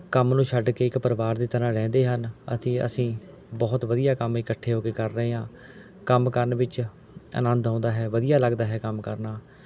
ਕੰਮ ਨੂੰ ਛੱਡ ਕੇ ਇੱਕ ਪਰਿਵਾਰ ਦੀ ਤਰ੍ਹਾਂ ਰਹਿੰਦੇ ਹਨ ਅਤੇ ਅਸੀਂ ਬਹੁਤ ਵਧੀਆ ਕੰਮ ਇਕੱਠੇ ਹੋ ਕੇ ਕਰ ਰਹੇ ਹਾਂ ਕੰਮ ਕਰਨ ਵਿੱਚ ਆਨੰਦ ਆਉਂਦਾ ਹੈ ਵਧੀਆ ਲਗਦਾ ਹੈ ਕੰਮ ਕਰਨਾ